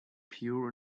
pure